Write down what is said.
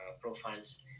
profiles